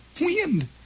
wind